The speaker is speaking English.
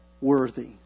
worthy